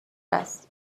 است